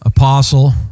Apostle